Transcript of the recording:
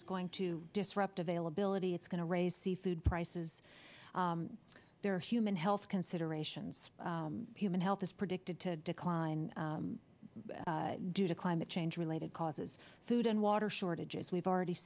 is going to disrupt availability it's going to raise sea food prices there are human health considerations human health is predicted to decline due to climate change related causes food and water shortages we've already